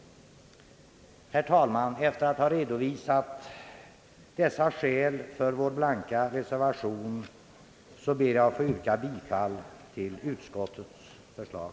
Herr talman! Efter att ha redovisat dessa skäl för vår blanka reservation ber jag att få yrka bifall till utskottets förslag.